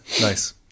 nice